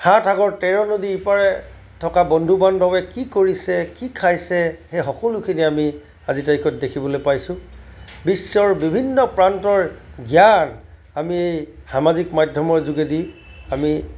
সাত সাগৰ তেৰ নদীৰ ইপাৰে থকা বন্ধু বান্ধৱে কি কৰিছে কি খাইছে সেই সকলোখিনি আমি আজি তাৰিখত দেখিবলে পাইছোঁ বিশ্বৰ বিভিন্ন প্ৰান্তৰ জ্ঞান আমি সামাজিক মাধ্যমৰ যোগেদি আমি